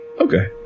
Okay